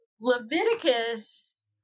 Leviticus